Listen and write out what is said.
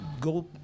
go